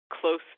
close